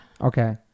Okay